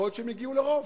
יכול להיות שהם יגיעו לרוב.